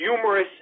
humorous